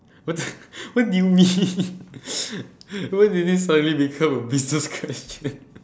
what do what do you mean why did it suddenly become a business question